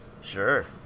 Sure